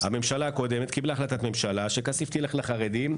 הממשלה הקודמת קיבלה החלטת ממשלה שכסיף תלך לחרדים,